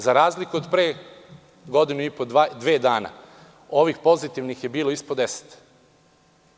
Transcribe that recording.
Za razliku od pre godinu i po, dve dana, ovih pozitivnih je bilo ispod 10.